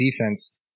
defense